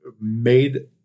made